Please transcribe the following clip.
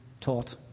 taught